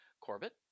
Corbett